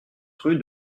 rue